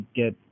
get